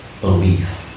belief